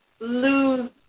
lose